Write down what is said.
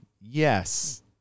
yes